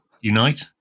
Unite